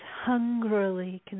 hungrily